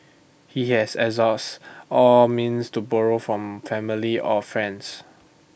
he had exhaust all means to borrow from family or friends